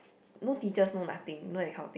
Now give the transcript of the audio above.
no teachers no nothing you know that kind of thing